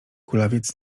kulawiec